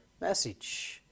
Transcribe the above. message